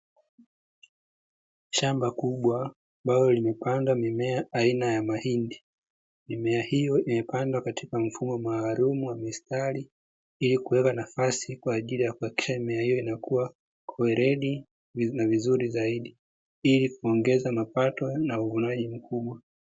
Shamba kubwa ambalo limepanda mimea aina ya mahindi, mimea hiyo imepandwa katika mfumo maalumu wa mistari, ili kuweka nafasi kwa ajili ya kuhakikisha mimea hiyo inakua kwa weledi na vizuri zaidi, ili kuongeza mapato na uvunaji mkubwa.